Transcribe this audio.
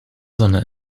sonne